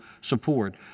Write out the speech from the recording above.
support